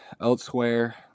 elsewhere